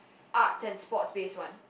art and sports based one